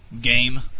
game